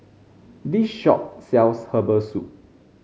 this shop sells Herbal Soup